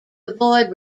avoid